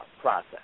process